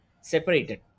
separated